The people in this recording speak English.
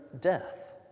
death